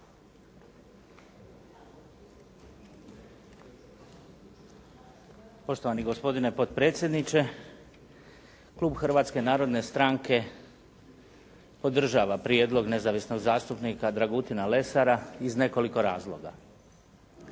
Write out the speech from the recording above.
Poštovani gospodine potpredsjedniče, klub Hrvatske narodne stranke podržava prijedlog nezavisnog zastupnika Dragutina Lesara iz nekoliko razloga.